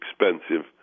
expensive